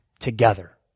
together